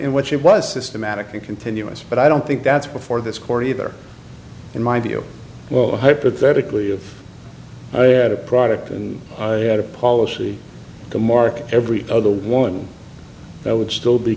in which it was systematic and continuous but i don't think that's before this court either in my view well hypothetically if i had a product and had a policy to mark every other woman there would still be